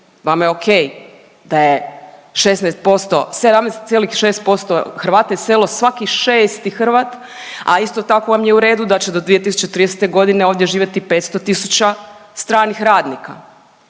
vama je okej da je 16%, 17,6% Hrvata iselilo, svaki 6. Hrvat, a isto tako vam je u redu da će do 2030.g. ovdje živjeti 500 tisuća stranih radnika,